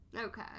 Okay